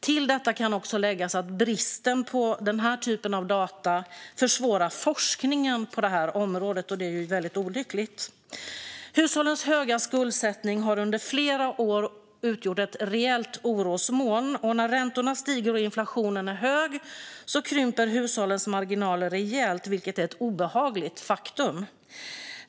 Till detta kan också läggas att bristen på den typen av data försvårar för forskningen på området. Det är olyckligt. Hushållens höga skuldsättning har under flera år varit ett rejält orosmoln. När räntorna stiger och inflationen är hög krymper hushållens marginaler rejält. Det är ett obehagligt faktum.